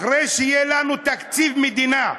אחרי שיהיה לנו תקציב מדינה.